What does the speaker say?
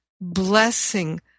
blessing